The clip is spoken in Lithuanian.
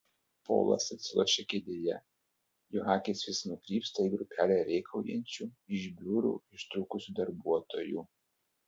polas atsilošia kėdėje jo akys vis nukrypsta į grupelę rėkaujančių iš biurų ištrūkusių darbuotojų